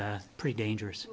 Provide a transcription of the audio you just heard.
pretty dangerous